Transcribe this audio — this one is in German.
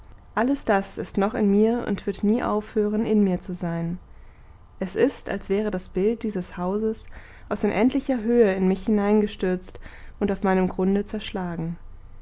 alles das ist noch in mir und wird nie aufhören in mir zu sein es ist als wäre das bild dieses hauses aus unendlicher höhe in mich hineingestürzt und auf meinem grunde zerschlagen